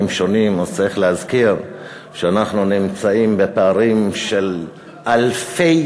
שונים אז צריך להזכיר שאנחנו נמצאים בפערים של אלפי